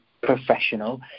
professional